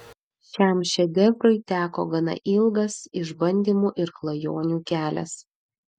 šiam šedevrui teko gana ilgas išbandymų ir klajonių kelias